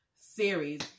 series